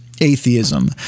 Atheism